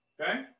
Okay